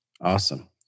Awesome